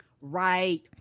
Right